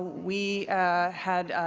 we held